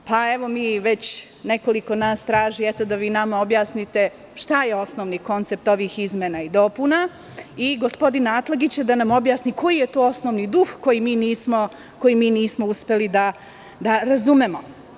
Evo, nekoliko nas traži da vi nama objasnite šta je osnovni koncept ovih izmena i dopuna i gospodin Atlagić da nam objasni koji je to osnovni duh koji mi nismo uspeli da razumemo.